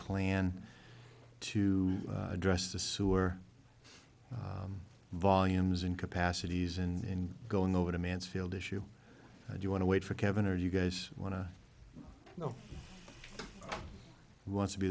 plan to address the sewer volumes incapacities and going over to mansfield issue do you want to wait for kevin or do you guys want to know want to be